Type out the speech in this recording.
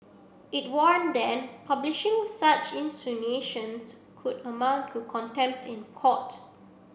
it warn that publishing such insinuations could amount to contempt in court